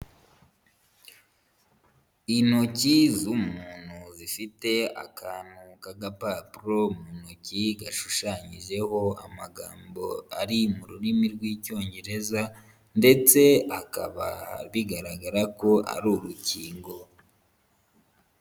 Intoki z'umuntu zifite akantu k'agapapuro mu ntoki gashushanyijeho amagambo ari mu rurimi rw'Icyongereza ndetse akaba bigaragara ko ari urukingo.